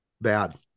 bad